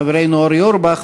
חברנו אורי אורבך,